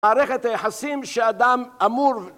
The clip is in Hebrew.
מערכת היחסים שאדם אמור...